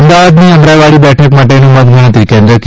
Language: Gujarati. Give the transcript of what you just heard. અમદાવાદની અમરાઇવાડી બેઠક માટેનું મતગણતરી કેન્દ્ર કે